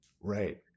Right